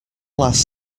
last